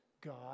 God